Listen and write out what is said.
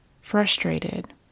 frustrated